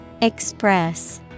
Express